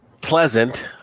pleasant